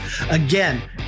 Again